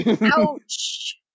Ouch